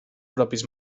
propis